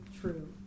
true